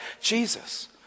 Jesus